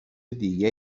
دیگه